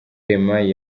clement